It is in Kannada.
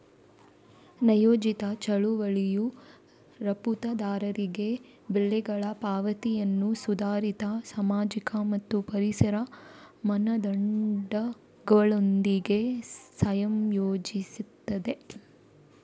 ನ್ಯಾಯೋಚಿತ ಚಳುವಳಿಯು ರಫ್ತುದಾರರಿಗೆ ಬೆಲೆಗಳ ಪಾವತಿಯನ್ನು ಸುಧಾರಿತ ಸಾಮಾಜಿಕ ಮತ್ತು ಪರಿಸರ ಮಾನದಂಡಗಳೊಂದಿಗೆ ಸಂಯೋಜಿಸುತ್ತದೆ